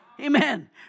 Amen